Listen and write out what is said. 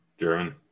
German